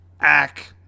Ack